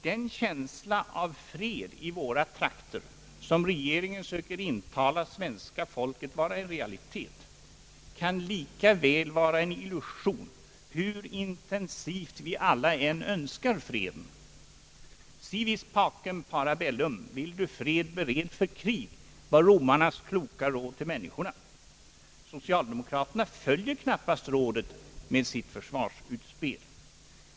Den känsla av fred i våra trakter, som regeringen söker intala svenska folket vara en realitet, kan likaväl vara en illusion, hur intensivt vi än önskar freden. »Si vis pacem para bellum» — vill du fred bered för krig, var romarnas kloka råd till människorna. Socialdemokraterna följer knappast rådet med försvarsutspelet.